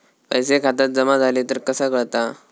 पैसे खात्यात जमा झाले तर कसा कळता?